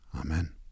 Amen